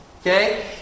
Okay